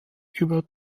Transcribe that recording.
über